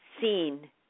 seen